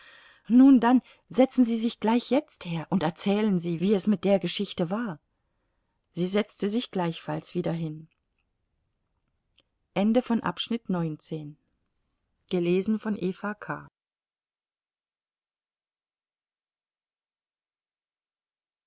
nun dann setzen sie sich gleich jetzt her und erzählen sie wie es mit der geschichte war sie setzte sich gleichfalls wieder hin